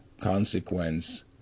Consequence